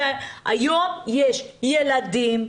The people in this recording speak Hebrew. היום יש ילדים,